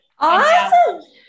Awesome